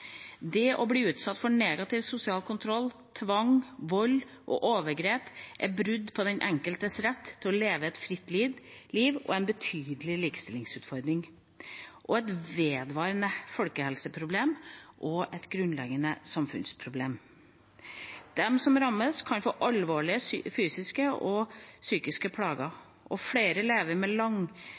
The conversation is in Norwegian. kjønnslemlestelse. Å bli utsatt for negativ sosial kontroll, tvang, vold og overgrep er brudd på den enkeltes rett til å leve et fritt liv, en betydelig likestillingsutfordring, et vedvarende folkehelseproblem og et grunnleggende samfunnsproblem. De som rammes, kan få alvorlige fysiske og psykiske plager, og flere lever med